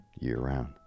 year-round